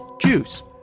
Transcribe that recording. Juice